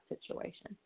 situation